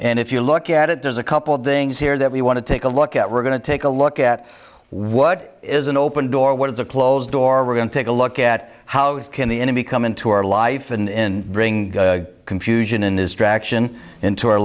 and if you look at it as a couple of things here that we want to take a look at we're going to take a look at what is an open door what is a closed door we're going to take a look at how can the enemy come into our life and in bring confusion in his traction into